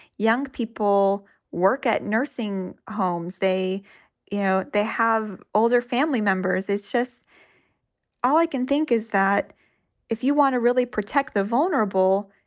young people work at nursing homes. they you know, they have older family members. it's just all i can think is that if you want to really protect the vulnerable,